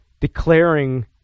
declaring